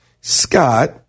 Scott